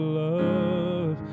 love